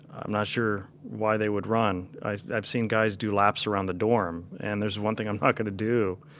i'm not sure why they would run. i've seen guys do laps around the dorm, and there's one thing i'm not gonna do,